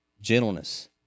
gentleness